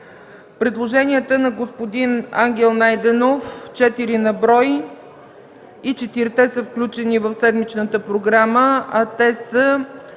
Предложенията на господин Ангел Найденов са четири на брой. И четирите са включени в седмичната програма, а те са: